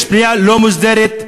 יש בנייה לא מוסדרת.